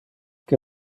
que